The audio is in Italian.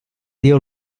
dio